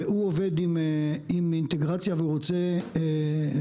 והוא עובד עם אינטגרציה והוא רוצה אפרוחים.